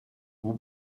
vous